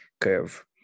curve